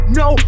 no